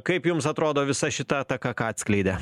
kaip jums atrodo visa šita ataka ką atskleidė